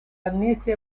uneasy